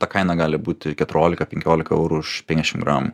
ta kaina gali būti keturiolika penkiolika eurų už penkiasdešim gramų